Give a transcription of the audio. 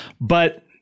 But-